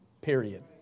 period